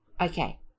Okay